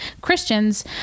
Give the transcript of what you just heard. Christians